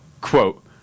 quote